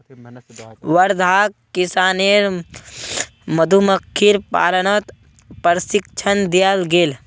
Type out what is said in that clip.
वर्धाक किसानेर मधुमक्खीर पालनत प्रशिक्षण दियाल गेल